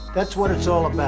that's what it's all about,